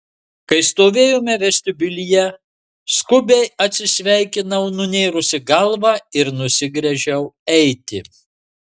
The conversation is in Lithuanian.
kai stovėjome vestibiulyje skubiai atsisveikinau nunėrusi galvą ir nusigręžiau eiti